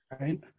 right